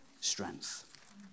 strength